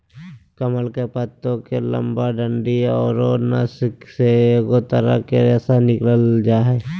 कमल के पत्तो के लंबा डंडि औरो नस से एगो तरह के रेशा निकालल जा हइ